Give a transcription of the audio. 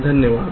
धन्यवाद